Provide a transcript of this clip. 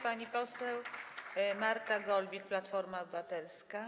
Pani poseł Marta Golbik, Platforma Obywatelska.